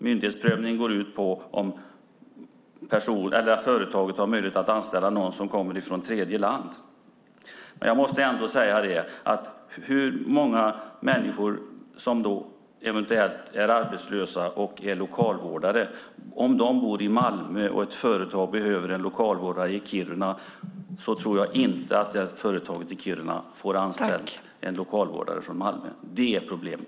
Myndighetsprövning handlar om att företagaren har möjlighet att anställa någon som kommer från tredjeland. Om människor som är lokalvårdare och arbetslösa bor i Malmö och ett företag behöver en lokalvårdare i Kiruna tror jag inte att företaget i Kiruna får en lokalvårdare från Malmö anställd. Det är problemet.